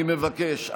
אני מבקש,